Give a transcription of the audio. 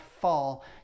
fall